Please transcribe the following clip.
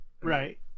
right